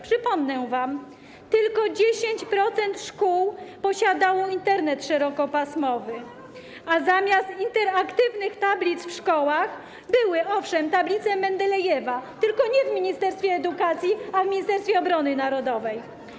Przypomnę wam: tylko 10% szkół posiadało Internet szerokopasmowy, a zamiast interaktywnych tablic w szkołach były, owszem, tablice Mendelejewa, tylko nie w ministerstwie edukacji, a w Ministerstwie Obrony Narodowej.